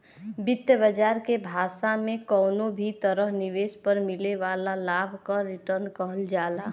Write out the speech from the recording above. वित्त बाजार के भाषा में कउनो भी तरह निवेश पर मिले वाला लाभ क रीटर्न कहल जाला